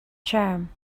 charm